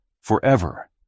forever